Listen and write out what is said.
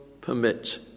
permit